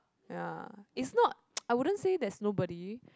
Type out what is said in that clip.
ya it's not I wouldn't say there's nobody